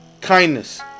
Kindness